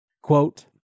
Quote